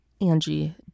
Angie